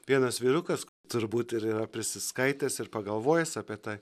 vienas vyrukas turbūt ir yra prisiskaitęs ir pagalvojęs apie tai